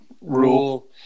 Rule